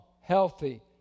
healthy